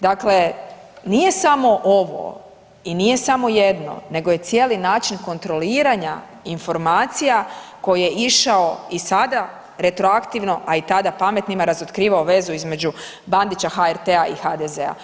Dakle, nije samo ovo i nije samo jedno nego je cijeli način kontroliranja informacija koji je išao i sada retroaktivno, a i tada pametnima razotkrivao vezu između Bandića, HRT-a i HDZ-a.